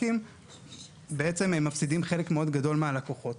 אבל הסטנדרטים והניטרליות הטכנולוגית